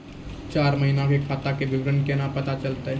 चार महिना के खाता के विवरण केना पता चलतै?